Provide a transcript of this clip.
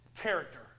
character